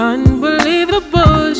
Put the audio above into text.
Unbelievable